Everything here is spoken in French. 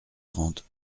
trente